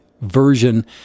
version